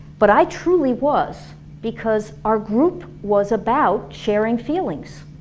but i truly was because our group was about sharing feelings.